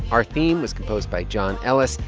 our theme was composed by john ellis,